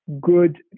good